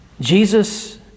Jesus